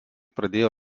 pradėjo